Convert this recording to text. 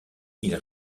ils